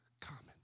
common